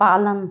पालन